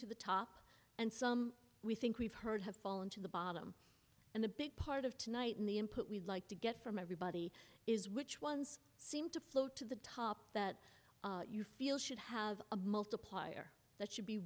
to the top and some we think we've heard have fallen to the bottom and the big part of tonight in the input we'd like to get from everybody is which ones seem to float to the top that you feel should have a multiplier that should be